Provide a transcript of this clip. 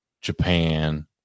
Japan